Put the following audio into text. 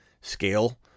scale